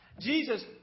Jesus